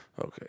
Okay